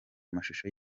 amashusho